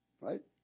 Right